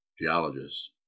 geologists